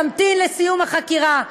תמתין לסיום החקירה.